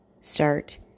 start